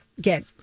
get